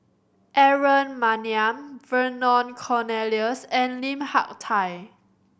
Aaron Maniam Vernon Cornelius and Lim Hak Tai